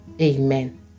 Amen